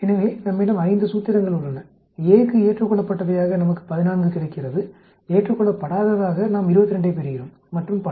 எனவே நம்மிடம் 5 சூத்திரங்கள் உள்ளன A க்கு ஏற்றுக்கொள்ளப்பட்டவையாக நமக்கு 14 கிடைக்கிறது ஏற்றுக்கொள்ளப்படாததாக நாம் 22 ஐப் பெறுகிறோம் மற்றும் பல